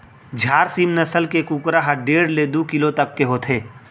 झारसीम नसल के कुकरा ह डेढ़ ले दू किलो तक के होथे